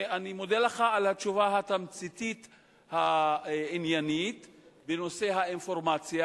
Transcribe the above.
אני מודה לך על התשובה התמציתית העניינית בנושא האינפורמציה.